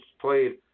played